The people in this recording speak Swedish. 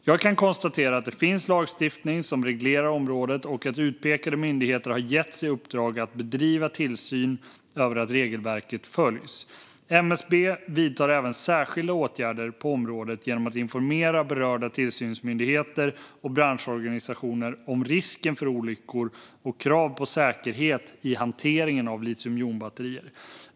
Jag kan konstatera att det finns lagstiftning som reglerar området och att utpekade myndigheter getts i uppdrag att bedriva tillsyn över att regelverket följs. MSB vidtar även särskilda åtgärder på området genom att informera berörda tillsynsmyndigheter och branschorganisationer om risken för olyckor och krav på säkerhet i hanteringen av litiumjonbatterier.